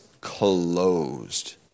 closed